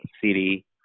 city